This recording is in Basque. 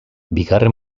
bigarren